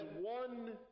one